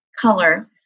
color